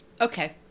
Okay